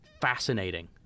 fascinating